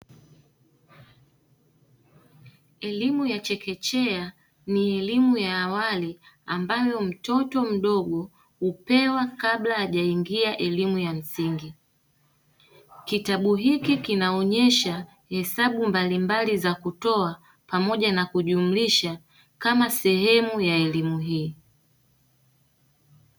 Elimu ya chekechea ni elimu ya awali ambayo mtoto mdogo hupewa kabla hajaingia elimu ya msingi. Kitabu hiki kinaonyesha hesabu mbalimbali za kutoa pamoja na kujumlisha, kama sehemu ya elimu hii.